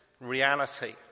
reality